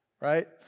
right